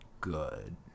good